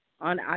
on